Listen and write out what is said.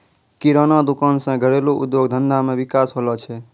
किराना दुकान से घरेलू उद्योग धंधा मे विकास होलो छै